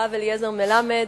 הרב אליעזר מלמד,